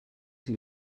does